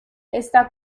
está